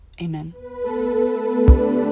amen